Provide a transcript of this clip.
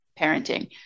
parenting